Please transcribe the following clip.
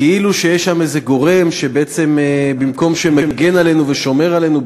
כאילו יש שם איזה גורם שבמקום שהוא מגן עלינו ושומר עלינו,